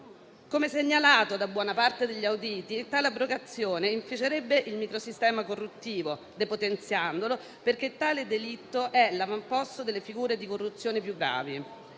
Come segnalato da buona parte degli auditi, tale abrogazione inficerebbe il microsistema corruttivo, depotenziandolo, perché tale delitto è l'avamposto delle figure di corruzione più gravi.